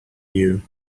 you